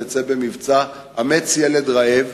נצא במבצע "אמץ ילד רעב".